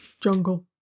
jungle